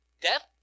death